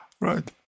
Right